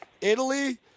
Italy